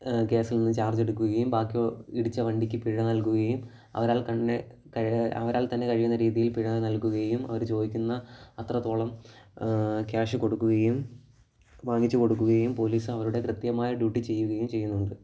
കേസിൽ നിന്ന് ചാർജെടുക്കുകയും ബാക്കിയു ഇടിച്ച വണ്ടിക്ക് പിഴ നൽകുകയും അവരാൽ തന്നെ അവരാൽ തന്നെ കഴിയുന്ന രീതിയിൽ പിഴ നൽകുകയും അവര് ചോദിക്കുന്ന അത്രത്തോളം ക്യാഷ് കൊടുക്കുകയും വാങ്ങിച്ചു കൊടുക്കുകയും പോലീസ് അവരുടെ കൃത്യമായ ഡ്യൂട്ടി ചെയ്യുകയും ചെയ്യുന്നുണ്ട്